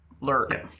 lurk